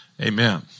Amen